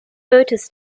voters